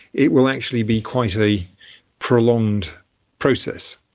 it will actually be quite a prolonged process.